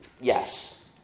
yes